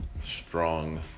strong